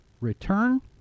return